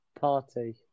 Party